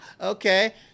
Okay